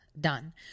done